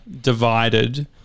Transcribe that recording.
divided